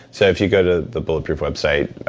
so if you go to the bulletproof website,